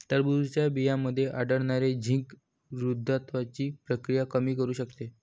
टरबूजच्या बियांमध्ये आढळणारे झिंक वृद्धत्वाची प्रक्रिया कमी करू शकते